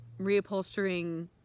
reupholstering